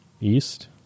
east